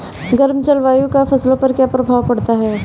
गर्म जलवायु का फसलों पर क्या प्रभाव पड़ता है?